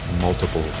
multiple